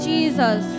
Jesus